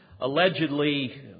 allegedly